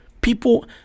People